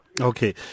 Okay